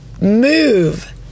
move